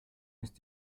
ist